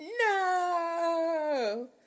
No